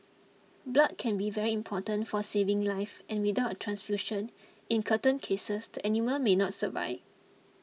blood can be very important for saving live and without a transfusion in certain cases the animal may not survive